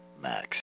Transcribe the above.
Max